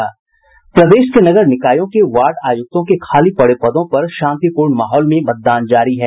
प्रदेश के नगर निकायों के वार्ड आयुक्तों के खाली पड़े पदों पर शांतिपूर्ण माहौल में मतदान जारी है